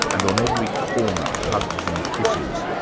and on every corner hugs and kisses,